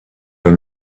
were